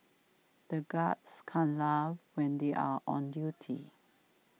the guards can't laugh when they are on duty